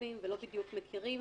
טכנופובים ולא בדיוק מכירים,